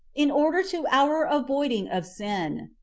in order to our avoiding of sin.